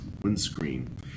windscreen